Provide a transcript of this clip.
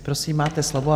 Prosím, máte slovo.